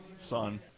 son